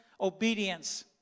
obedience